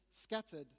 scattered